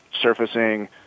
surfacing